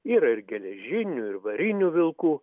yra ir geležinių ir varinių vilkų